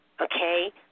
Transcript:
okay